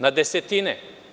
Na desetine.